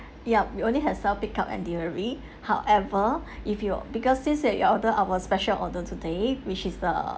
yup we only have self pick up and delivery however if you because since that you order our special order today which is the